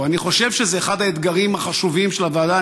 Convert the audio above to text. אני חושב שזה אחד האתגרים החשובים של הוועדה.